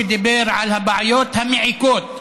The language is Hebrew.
שדיבר על הבעיות המעיקות,